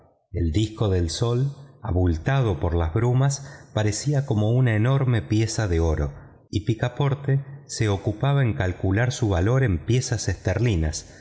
el disco del sol abultado por las brumas parecía como una enorme pieza de oro y picaporte se ocupaba en calcular su valor en piezas esterlinas